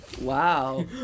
Wow